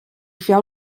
feu